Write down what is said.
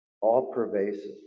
all-pervasive